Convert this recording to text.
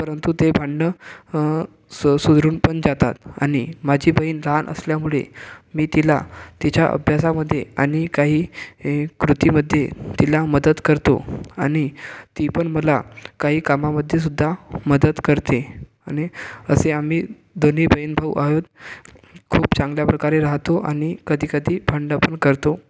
परंतु ते भांडणं स सुधुरून पण जातात आणि माझी बहिण लहान असल्यामुळे मी तिला तिच्या अभ्यासामध्ये आणि काही कृतीमध्ये तिला मदत करतो आणि ती पण मला काही कामामध्ये सुद्धा मदत करते आणि असे आम्ही दोन्ही बहिण भाऊ आहोत खूप चांगल्याप्रकारे राहतो आणि कधी कधी भांडपण करतो